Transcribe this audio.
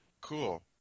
Cool